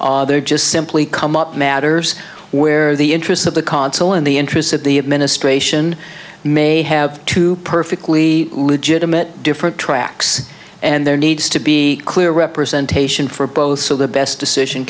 that they're just simply come up matters where the interests of the consul in the interests of the administration may have to perfectly legitimate different tracks and there needs to be clear representation for both so the best decision